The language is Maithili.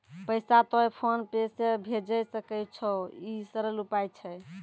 पैसा तोय फोन पे से भैजै सकै छौ? ई सरल उपाय छै?